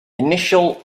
initial